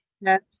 Yes